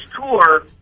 tour